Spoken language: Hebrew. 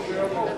בבקשה.